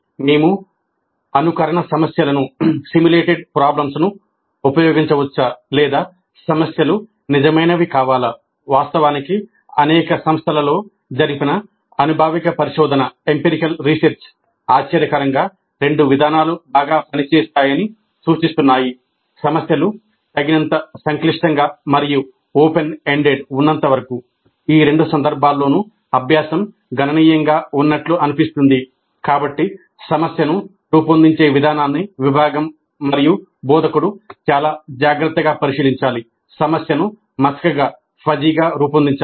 మేము అనుకరణ సమస్యలను రూపొందించాలి